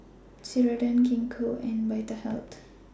Ceradan Gingko and Vitahealth